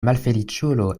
malfeliĉulo